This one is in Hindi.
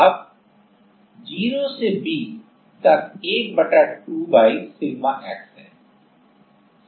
अब 0 से V तक 1 बटा 2y सिग्मा x है